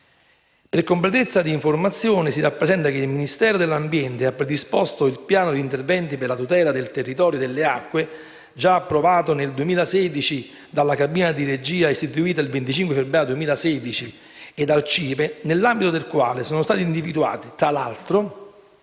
Per completezza di informazione, si rappresenta che il Ministero dell'ambiente ha predisposto il Piano di interventi per la tutela del territorio e delle acque, già approvato nel 2016 dalla Cabina di regia istituita il 25 febbraio 2016, e dal CIPE, nell'ambito del quale sono stati individuati, tra gli altri,